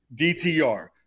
DTR